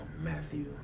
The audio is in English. Matthew